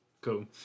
Cool